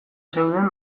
zeuden